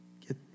Get